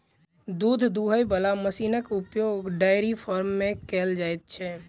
दूध दूहय बला मशीनक उपयोग डेयरी फार्म मे कयल जाइत छै